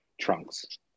trunks